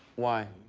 why?